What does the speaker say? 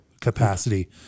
capacity